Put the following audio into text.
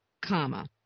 comma